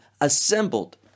assembled